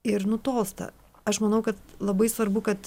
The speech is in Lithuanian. ir nutolsta aš manau kad labai svarbu kad